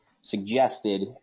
suggested